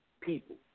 people